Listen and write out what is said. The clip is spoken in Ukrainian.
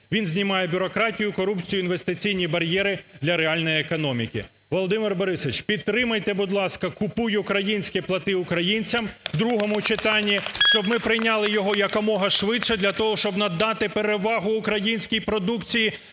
Він знімає бюрократію, корупцію, інвестиційні бар'єри для реальної економіки. Володимир Борисович, підтримайте, будь ласка "Купуй українське, плати українцям" в другому читанні, щоб ми прийняли його якомога швидше для того, що надати перевагу українській продукції